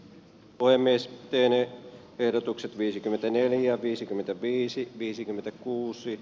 puhemies pienet ehdotukset viisikymmentäneljä viisikymmentäviisi viisikymmentäkuusi